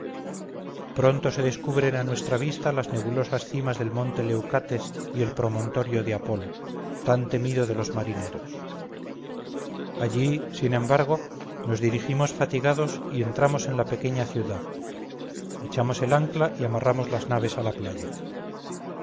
pronto se descubren a nuestra vista las nebulosas cimas del monte leucates y el promontorio de apolo tan temido de los marineros allí sin embargo nos dirigimos fatigados y entramos en la pequeña ciudad echamos el ancla y amarramos las naves a la playa